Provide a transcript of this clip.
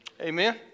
Amen